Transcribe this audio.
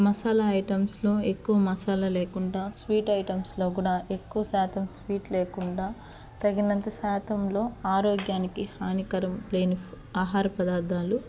మసాలా ఐటమ్స్లో ఎక్కువ మసాలా లేకుండా స్వీట్ ఐటమ్స్లో కూడా ఎక్కువ శాతం స్వీట్ లేకుండా తగినంత శాతంలో ఆరోగ్యానికి హానికరం లేని ఆహార పదార్థాలు